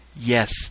Yes